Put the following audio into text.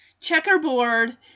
checkerboard